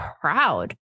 proud